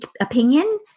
opinion